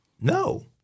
No